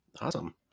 awesome